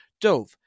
Dove